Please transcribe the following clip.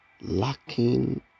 lacking